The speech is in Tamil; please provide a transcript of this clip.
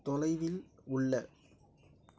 தொலைவில் உள்ள